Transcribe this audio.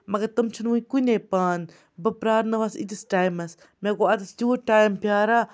مَگر تم چھِنہٕ وٕنۍ کُنے پانہٕ بہٕ پرٛارنٲوَس اِیٖتِس ٹایمَس مےٚ گوٚو اَتٮ۪س تیوٗت ٹایم پیاران